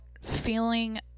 feeling